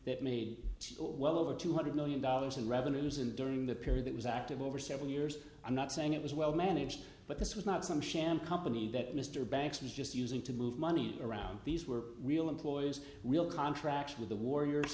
that made well over two hundred million dollars in revenues and during the period that was active over several years i'm not saying it was well managed but this was not some sham company that mr banks was just using to move money around these were real employees real contract with the warriors